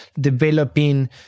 developing